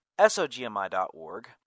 SOGMI.org